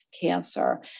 cancer